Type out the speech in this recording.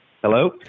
Hello